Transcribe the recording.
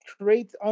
create